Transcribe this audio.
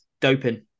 doping